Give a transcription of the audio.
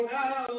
now